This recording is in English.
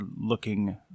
looking